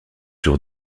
sur